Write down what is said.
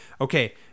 okay